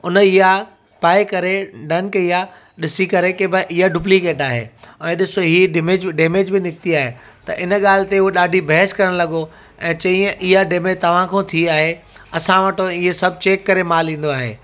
उन इहा पाए करे डन कई आहे ॾिसी करे की भई इए डुपलीकेट आहे ऐं ॾिसो हीअ डेमेज बि निकिती आहे त इन ॻाल्हि ते उहो ॾाढी बहस करणु लॻो ऐं चई ईअं इआ डेमेज तव्हांखो थी आहे असां वटि इए सभु चेक करे माल ईंदो आहे